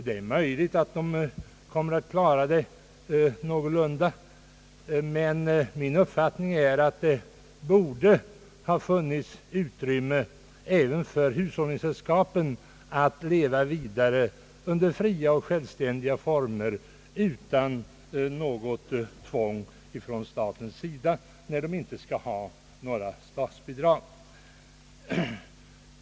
Det är möjligt att de kommer att klara dem någorlunda, men min uppfattning är att det borde ha funnits utrymme för att låta också hushållningssällskapen leva vidare under fria och självständiga former, utan något tvång från statens sida när de inte skall ha några statsbidrag.